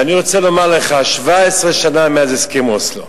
ואני רוצה לומר לך, 17 שנה מאז הסכם אוסלו,